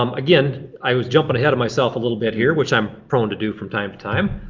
um again, i was jumping ahead of myself a little bit here, which i'm prone to do from time to time.